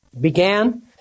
began